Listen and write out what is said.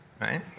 Right